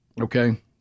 okay